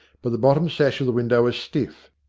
but the bottom sash of the window was stiff,